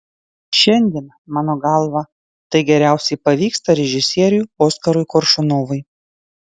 šiandien mano galva tai geriausiai pavyksta režisieriui oskarui koršunovui